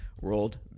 World